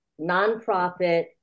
nonprofit